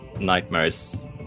nightmares